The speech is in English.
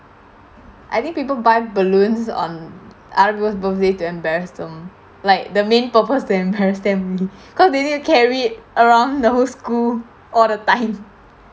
I think people buy balloons on other people birthday to embarrass them like the main purpose they embarrass them cause they need to carry around the whole school all the time